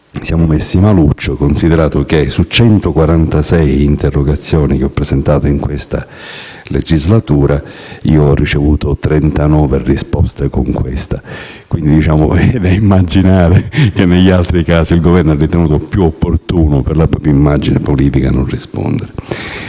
siamo messi maluccio, considerato che, su 146 interrogazioni che ho presentato in questa legislatura, ho ricevuto 39 risposte (inclusa questa). È quindi da immaginare che negli altri casi il Governo abbia ritenuto più opportuno per la propria immagine politica non rispondere.